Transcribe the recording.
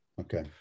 okay